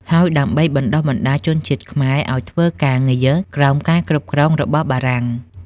ហើយដើម្បីបណ្តុះបណ្តាលជនជាតិខ្មែរឱ្យធ្វើការងារក្រោមការគ្រប់គ្រងរបស់បារាំង។